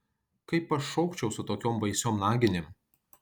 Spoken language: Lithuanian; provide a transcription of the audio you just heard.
kaip aš šokčiau su tokiom baisiom naginėm